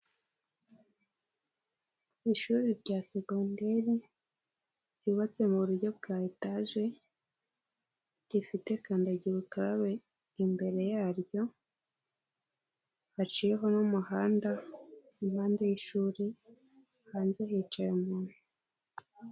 Ishuri rya segonderi ryubatse mu buryo bwa etaje, rifite kandagira ukarabe imbere yaryo, haciho n'umuhanda impande y'ishuri, hanze hicaye umuntu.